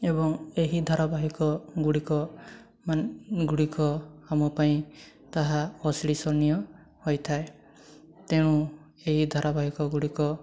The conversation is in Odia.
ଏବଂ ଏହି ଧାରାବାହିକ ଗୁଡ଼ିକ ମାନ ଗୁଡ଼ିକ ଆମ ପାଇଁ ତାହା ଅଶ୍ଳୀସନୀୟ ହୋଇଥାଏ ତେଣୁ ଏହି ଧାରାବାହିକଗୁଡ଼ିକ